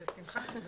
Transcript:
בשמחה.